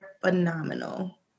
phenomenal